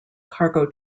cargo